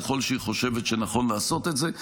ככל שהיא חושבת שנכון לעשות את זה.